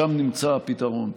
שם נמצא הפתרון.